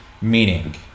meaning